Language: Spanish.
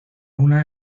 una